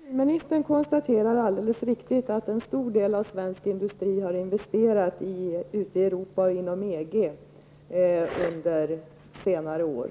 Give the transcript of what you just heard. Herr talman! Industriministern konstaterar alldeles riktigt att en stor del av svensk industri har investerat ute i Europa och inom EG under senare år.